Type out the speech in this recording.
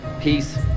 peace